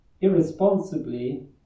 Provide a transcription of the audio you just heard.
irresponsibly